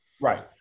Right